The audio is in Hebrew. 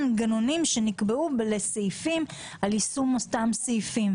מדובר בעצם על הוספת עילה חדשה.